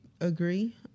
agree